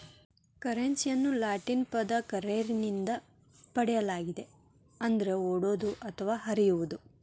ಕರೆನ್ಸಿಯನ್ನು ಲ್ಯಾಟಿನ್ ಪದ ಕರ್ರೆರೆ ನಿಂದ ಪಡೆಯಲಾಗಿದೆ ಅಂದರೆ ಓಡುವುದು ಅಥವಾ ಹರಿಯುವುದು